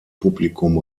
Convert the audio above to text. publikum